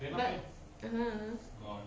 but (uh huh) a'ah